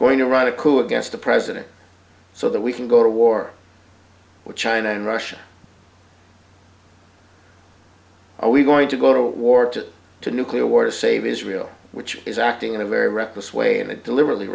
write a coup against the president so that we can go to war with china and russia are we going to go to war to to nuclear war to save israel which is acting in a very reckless way and it deliberately